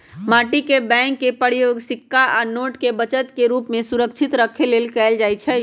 माटी के बैंक के प्रयोग सिक्का आ नोट के बचत के रूप में सुरक्षित रखे लेल कएल जाइ छइ